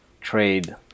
trade